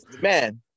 Man